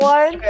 One